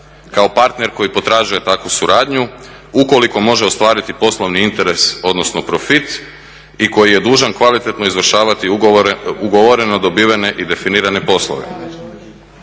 kao partner koji potražuje takvu suradnju ukoliko može ostvariti poslovni interes, odnosno profit i koji je dužan kvalitetno izvršavati ugovoreno dobivene i definirane poslove.